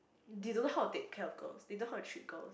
they don't know how to take care of girls they don't know how to treat girls